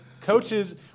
Coaches